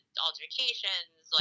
altercations